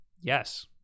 Yes